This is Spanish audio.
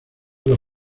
los